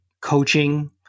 coaching